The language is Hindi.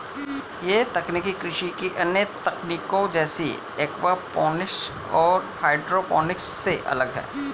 यह तकनीक कृषि की अन्य तकनीकों जैसे एक्वापॉनिक्स और हाइड्रोपोनिक्स से अलग है